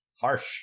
Harsh